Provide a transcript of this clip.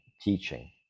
teaching